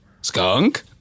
Skunk